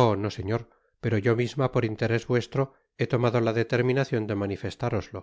oh no señor pero yo misma por interés vuestro he tomado la determinacion de manifestároslo